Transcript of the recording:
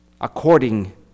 according